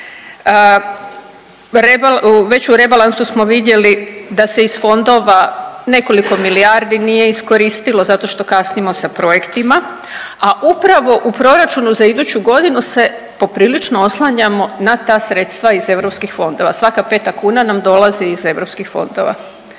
već u rebalansu smo vidjeli da se iz fondova nekoliko milijardi nije iskoristilo zato što kasnimo sa projektima, a upravo za proračunu za iduću godinu se poprilično oslanjamo na ta sredstva iz EU fondova, svaka 5. kuna nam dolazi iz EU fondova